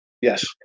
Yes